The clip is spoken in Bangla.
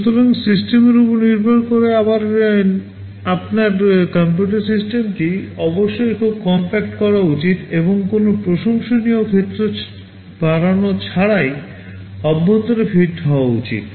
সুতরাং সিস্টেমের উপর আবার নির্ভর করে আপনার কম্পিউটিং সিস্টেমটি অবশ্যই খুব কমপ্যাক্ট তৈরি করা উচিত এবং কোনও প্রশংসনীয় ক্ষেত্র বাড়ানো ছাড়াই অভ্যন্তরে ফিট হওয়া উচিত